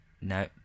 No